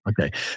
Okay